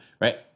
right